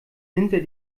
hinter